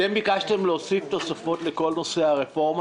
אתם ביקשתם להוסיף תוספות לכל נושא הרפורמה